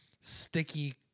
sticky